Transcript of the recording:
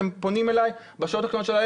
הם פונים אליי בשעות הקטנות של הלילה